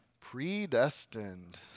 Predestined